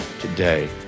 today